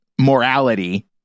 morality